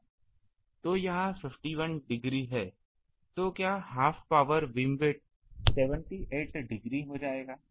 तो यह 51 डिग्री है तो क्या हाफ पावर बीमविथ 78 डिग्री हो जाएगा